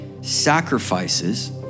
sacrifices